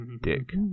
dick